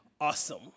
Awesome